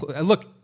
Look